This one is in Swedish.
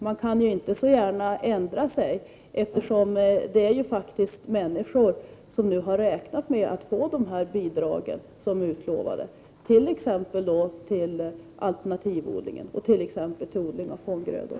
Man kan inte gärna ändra sig, eftersom det faktiskt är människor som nu har räknat med att få de bidrag som är utlovade, t.ex. till alternativodling och odling av fånggrödor.